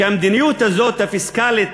שהמדיניות הזאת, הפיסקלית,